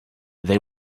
they